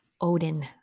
Odin